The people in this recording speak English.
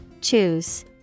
Choose